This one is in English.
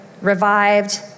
Revived